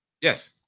Yes